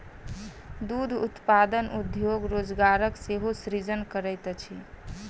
दूध उत्पादन उद्योग रोजगारक सेहो सृजन करैत अछि